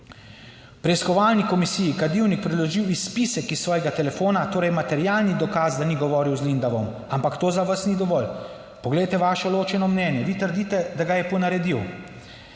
Preiskovalni komisiji Kadilnik predložil izpisek iz svojega telefona, torej materialni dokaz, da ni govoril z Lindavom, ampak to za vas ni dovolj. Poglejte vaše ločeno mnenje. Vi trdite, da ga je ponaredil.